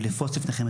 ולפרוס בפניכם,